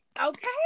okay